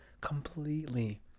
completely